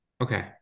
okay